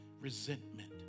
resentment